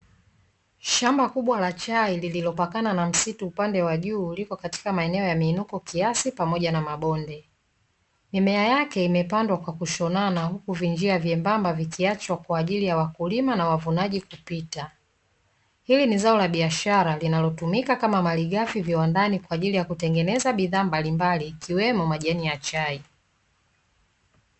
Shamba kubwa la chai lililopakana na msitu upande wa juu, liko katika maeneo ya miinuko kiasi pamoja na mabonde. Mimea yake imepandwa kwa kushonana huku vinjia vyembamba vikiachwa kwa ajili ya wakulima au wavunaji kupita. Hili ni zao la biashara linalotumika kama malighafi viwandani kwa ajili ya kutengeneza bidhaa mbalimbali ikiwemo majani ya chai.